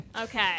Okay